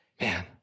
man